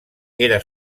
era